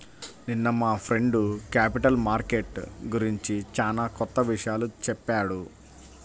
నిన్న మా friend capital market గురించి చానా కొత్త విషయాలు చెప్పాడు